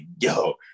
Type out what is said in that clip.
yo